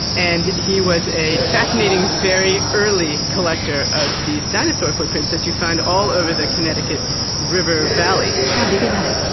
and he was a fascinating very early collector of these dinosaur footprints that you find all over the connecticut river valley. how big are they?